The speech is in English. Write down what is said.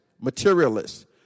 materialists